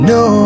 no